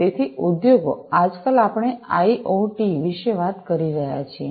તેથી ઉદ્યોગો તેથી આજકાલ આપણે આઈઓટી વિશે વાત કરી રહ્યા છીએ